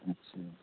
अच्छा